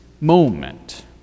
moment